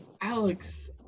Alex